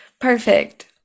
perfect